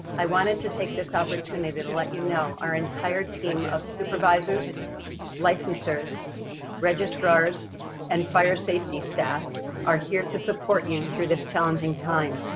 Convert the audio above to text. i wanted to take this opportunity to let you know our entire team of supervisors licensers registrar's and fire safety staff are here to support you through this challenging time.